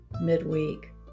midweek